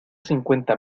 cincuenta